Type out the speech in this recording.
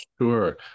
Sure